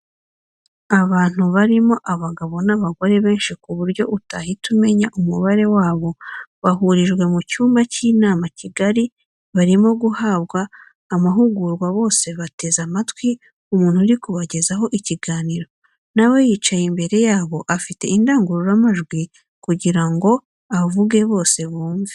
Abantu barimo abagabo n'abagore benshi ku buryo utahita umenya umubare wabo, bahurijwe mu cyumba cy'inama kigari barimo guhabwa amahugurwa, bose bateze amatwi umuntu uri kubagezaho ikiganiro nawe yicaye imbere yabo afite indangururamajwi kugira ngo avuge bose bumve.